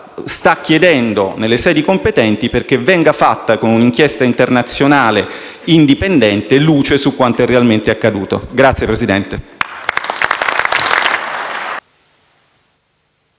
sta chiedendo nelle sedi competenti perché venga fatta, con un’inchiesta internazionale indipendente, luce su quanto realmente accaduto. (Applausi